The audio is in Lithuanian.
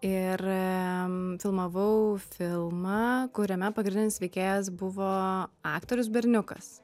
ir filmavau filmą kuriame pagrindinis veikėjas buvo aktorius berniukas